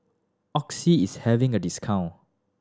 Oxy is having a discount